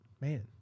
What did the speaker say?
man